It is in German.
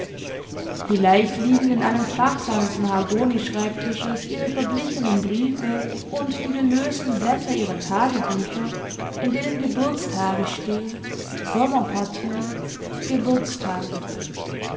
vielleicht liegen in einem fach seines mahagonischreibtisches ihre verblichenen briefe und die gelösten blätter ihrer tagebücher in denen geburtstage stehen sommerpartien geburtstage